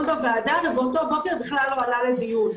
בוועדה ובאותו בוקר בכלל לא עלה לדיון.